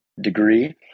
degree